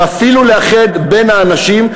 ואפילו לאחד את האנשים,